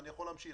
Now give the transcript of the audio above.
אני יכול להמשיך.